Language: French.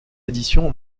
édition